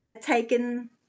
taken